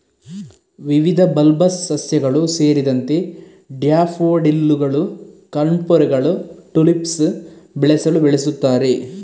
ವಿವಿಧ ಬಲ್ಬಸ್ ಸಸ್ಯಗಳು ಸೇರಿದಂತೆ ಡ್ಯಾಫೋಡಿಲ್ಲುಗಳು, ಕಣ್ಪೊರೆಗಳು, ಟುಲಿಪ್ಸ್ ಬೆಳೆಸಲು ಬಳಸುತ್ತಾರೆ